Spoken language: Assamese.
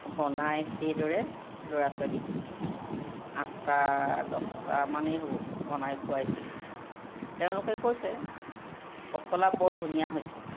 বনাই সেইদৰে ল'ৰা ছোৱালীক আঠটা দচটামানেই হ'ব বনাই খুৱাইছিলোঁ তেওঁলোকে কৈছে পচলা বৰ ধুনীয়া হৈছে